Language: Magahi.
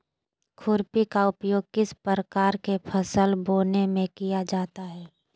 खुरपी का उपयोग किस प्रकार के फसल बोने में किया जाता है?